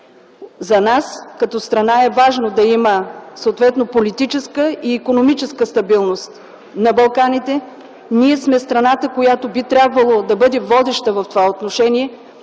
За нас като страна е важно да има съответно политическа и икономическа стабилност на Балканите. Ние сме страната, която би трябвало да бъде водеща в това отношение,